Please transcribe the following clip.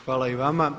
Hvala i vama.